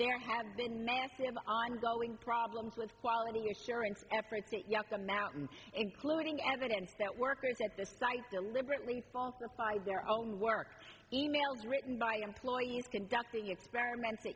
there have been massive ongoing problems with quality assurance efforts at yucca mountain including evidence that workers at this site deliberately falsified their own work e mails written by employees conducting experiment